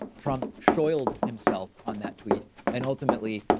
trump show oiled himself on that tweet and ultimately,